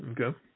okay